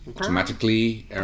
Automatically